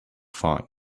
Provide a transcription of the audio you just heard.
find